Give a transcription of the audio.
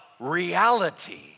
Reality